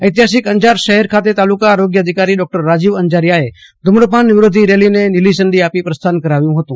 ઐતિફાસિક અંજાર શહેર ખાતે તાલુકા આરોગ્ય અધિકારી ડોક્ટર રાજીવ અંજારીયાએ ધુમપાન વિરોધી રેલીને લીલીઝંડી બતાવી પ્રસ્થા કરાવ્યુ હતું